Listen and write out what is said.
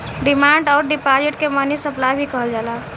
demand अउर deposit के money supply भी कहल जाला